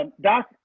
Doc